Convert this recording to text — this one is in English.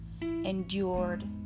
endured